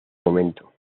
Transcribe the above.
momento